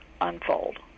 unfold